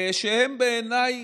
שבעיניי